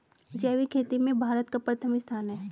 जैविक खेती में भारत का प्रथम स्थान है